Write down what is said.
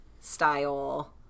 style